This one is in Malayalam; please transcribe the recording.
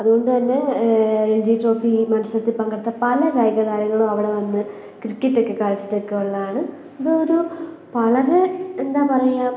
അതുകൊണ്ട് തന്നെ രഞ്ജി ട്രോഫി മത്സരത്തിൽ പങ്കെടുത്ത പല കായിക താരങ്ങളും അവിടെ വന്ന് ക്രിക്കറ്റൊക്കെ കളിച്ചിട്ടൊക്കെ ഉള്ളതാണ് ഇതൊരു വളരെ എന്താ പറയുക